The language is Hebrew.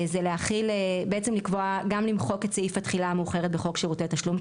זה בעצם גם למחוק את סעיף התחילה המאוחרת בחוק שירותי תשלום,